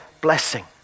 blessing